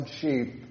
sheep